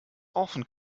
often